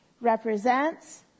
represents